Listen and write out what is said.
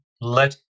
let